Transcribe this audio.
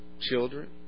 children